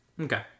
Okay